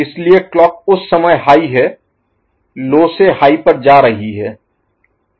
इसलिए क्लॉक उस समय हाई है लो से हाई पर जा रही है